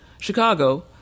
Chicago